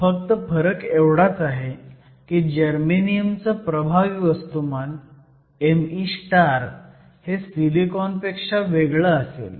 फक्त फरक एवढाच आहे की जर्मेनियम चं प्रभावी वस्तुमान me हे सीलिकॉनपेक्षा वेगळं असेल